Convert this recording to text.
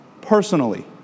personally